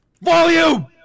Volume